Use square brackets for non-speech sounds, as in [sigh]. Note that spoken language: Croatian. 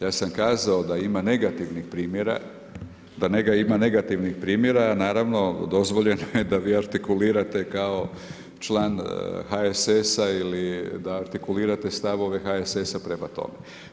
Ja sam kazao da ima negativnih primjera, da … [unintelligible] ima negativnih primjera, naravno dozvoljeno je da vi artikulirate kao član HSS-a ili da artikulirate stavove HSS-a prema tome.